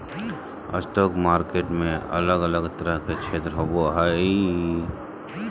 stock market में अलग अलग तरह के क्षेत्र होबो हइ